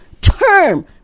term